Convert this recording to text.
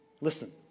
Listen